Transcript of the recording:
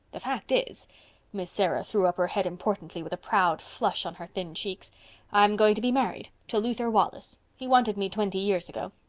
the fact is miss sarah threw up her head importantly, with a proud flush on her thin cheeks i'm going to be married to luther wallace. he wanted me twenty years ago.